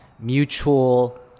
mutual